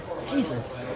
Jesus